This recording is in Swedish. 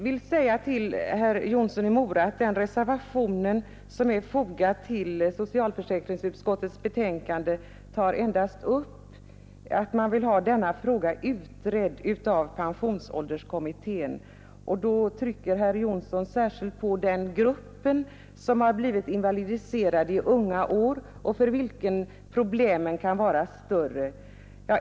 Till herr Jonsson i Mora vill jag säga att den reservation som är fogad till socialförsäkringsutskottets betänkande endast tar upp att man vill ha denna fråga utredd av pensionsålderskommittén. Då trycker herr Jonsson särskilt på den grupp som blivit invalidiserad i unga år och för vilken problemen kan vara stora.